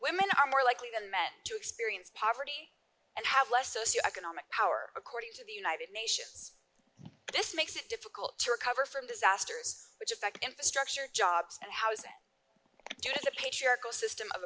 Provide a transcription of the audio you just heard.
women are more likely than men to experience poverty and have less socio economic power according to the united nations this makes it difficult to recover from disasters which affect infrastructure jobs and housing to the patriarchal system of